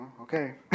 okay